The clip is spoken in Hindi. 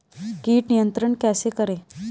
कीट नियंत्रण कैसे करें?